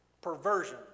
perversion